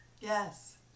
yes